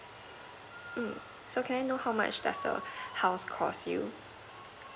mm so can I know how much does the house cost you